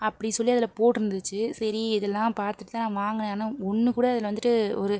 அப்படி சொல்லி அதில் போட்டிருந்துச்சி சரி இதெல்லாம் பார்த்துட்டுதான் வாங்கினேன் ஆனால் ஒன்று கூட அதில் வந்துட்டு ஒரு